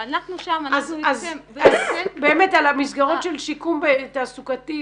אז באמת על המסגרות של שיקום תעסוקתי,